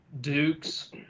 Dukes